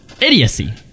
Idiocy